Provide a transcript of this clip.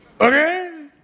Okay